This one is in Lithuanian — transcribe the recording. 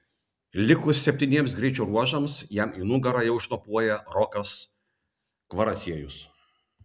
likus septyniems greičio ruožams jam į nugarą jau šnopuoja rokas kvaraciejus